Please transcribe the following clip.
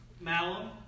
Malum